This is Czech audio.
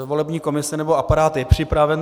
Volební komise, nebo aparát je připraven.